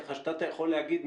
ככה שאתה יכול להגיד,